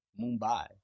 Mumbai